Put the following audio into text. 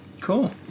Cool